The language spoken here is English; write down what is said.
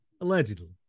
Allegedly